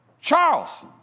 Charles